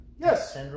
Yes